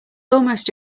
almost